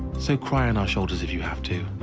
so, cry on our shoulders, if you have to.